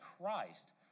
Christ